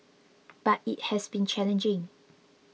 but it has been challenging